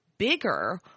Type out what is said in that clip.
bigger